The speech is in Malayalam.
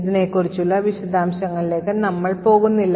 ഇതിനെക്കുറിച്ചുള്ള വിശദാംശങ്ങളിലേക്ക് നമ്മൾ പോകില്ല